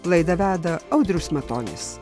laidą veda audrius matonis